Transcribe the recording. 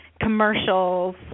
commercials